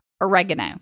oregano